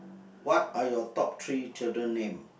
what are your top three children name